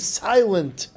silent